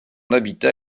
habitat